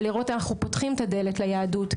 ולראות אנחנו פותחים את הדלת ליהדות,